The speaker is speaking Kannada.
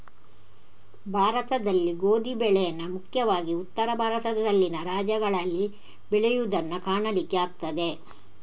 ಭಾರತದಲ್ಲಿ ಗೋಧಿ ಬೆಳೇನ ಮುಖ್ಯವಾಗಿ ಉತ್ತರ ಭಾರತದಲ್ಲಿನ ರಾಜ್ಯಗಳಲ್ಲಿ ಬೆಳೆಯುದನ್ನ ಕಾಣಲಿಕ್ಕೆ ಆಗ್ತದೆ